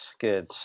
good